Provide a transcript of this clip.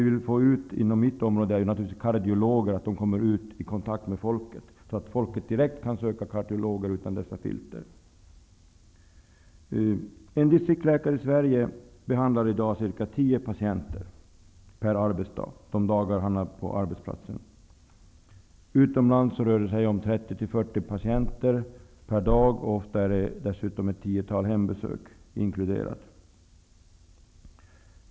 Inom mitt område vill vi att kardiologer kommer i kontakt med folket, så att människor utan dessa filter direkt kan söka kardiologer. En distriktsläkare i Sverige behandlar i dag ca 10 patienter per arbetsdag, de dagar han är på arbetsplatsen. Utomlands rör det sig om 30--40 patienter per dag, och ofta är det dessutom ett tiotal hembesök inkluderat.